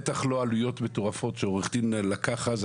בטח לא העלויות המטורפות שעורך דין לקח אז.